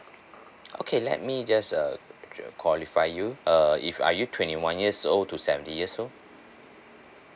okay let me just uh qualify you uh if are you twenty one years old to seventy years old